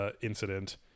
incident